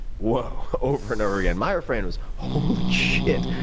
whoa, over and over again. my refrain was, holy shit,